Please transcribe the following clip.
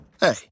Hey